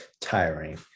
tiring